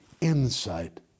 insight